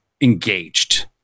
engaged